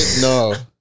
No